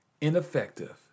ineffective